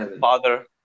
Father